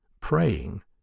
praying